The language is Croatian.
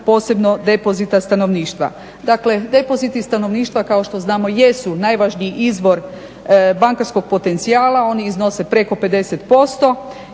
posebno depozita stanovništva. Dakle, depoziti stanovništva kao što znamo jesu najvažniji izvor bankarskog potencijala, oni iznose preko 50%